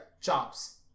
jobs